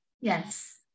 Yes